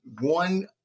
one